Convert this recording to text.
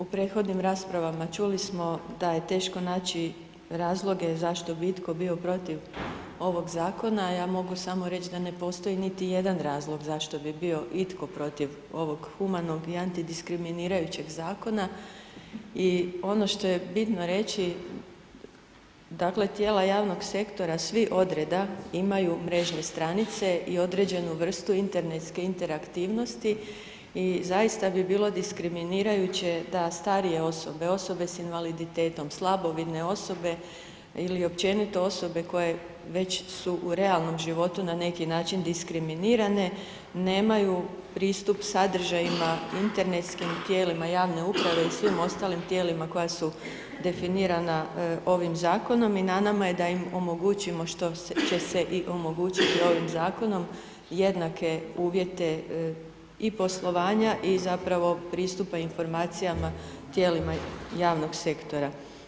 U prethodnim raspravama čuli smo da je teško naći razloge zašto bi itko bio protiv ovog zakona, ja mogu samo reći da ne postoji niti jedan razlog zašto bi bio itko protiv ovog humanog i antidiskriminirajućeg zakona i ono što je bitno reći dakle tijela javnog sektora, svi odredba imaju mrežnu stranice i određenu vrstu internetske interaktivnosti i zaista bi bilo diskriminirajuće da starije osobe, osobe sa invaliditetom, slabovidne osobe ili općenito osobe koje već su u realnom životu na neki način diskriminirane, nemaju pristup sadržajima, internetskim tijelima javne uprave i svim ostalim tijelima koja su definirana ovim zakonom i na nama da im omogućimo što će se i omogućiti ovim zakonom, jednake uvjete i poslovanje i zapravo pristupa informacijama tijelima javnog sektora.